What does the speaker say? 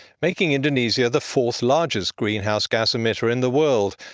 making indonesia the fourth largest greenhouse gas emitter in the world,